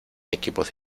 equipos